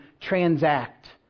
transact